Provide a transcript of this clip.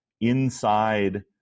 inside